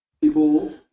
People